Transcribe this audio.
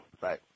Right